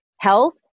health